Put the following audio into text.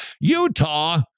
Utah